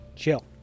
Chill